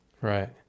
Right